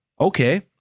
Okay